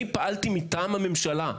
אני פעלתי מטעם הממשלה,